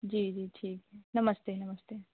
जी जी ठीक है नमस्ते नमस्ते